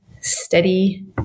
Steady